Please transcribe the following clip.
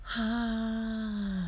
!huh!